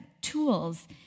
tools